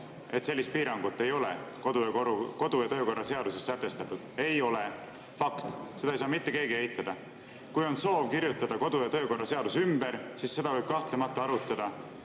et sellist piirangut ei ole kodu- ja töökorra seaduses sätestatud. Ei ole! Fakt. Seda ei saa mitte keegi eitada. Kui on soov kirjutada kodu- ja töökorra seadus ümber, siis seda võib kahtlemata arutada